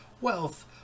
wealth